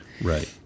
right